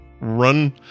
run